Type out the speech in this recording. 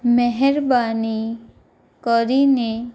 મહેરબાની કરીને